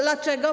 Dlaczego?